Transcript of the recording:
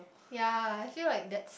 ya I feel like that's